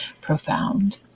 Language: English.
profound